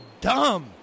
dumb